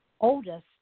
oldest